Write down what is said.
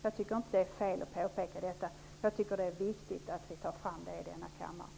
Jag tycker inte att det är fel att påpeka detta. Det är viktigt att det tas fram i denna kammare.